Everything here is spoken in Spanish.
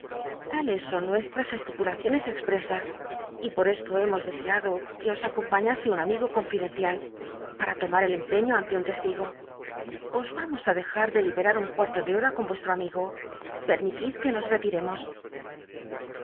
tales son nuestras estipulaciones expresas y pot esto hemos deseado que os acompaiiasc un amigo conlidcncial pam lomar el empciío ante un testigo os yamos i dejat rleliber n un cuarto de hora con meslro amigo pctmilid que nos retiremos